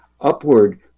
upward